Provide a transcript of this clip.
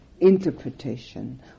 interpretation